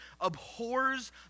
abhors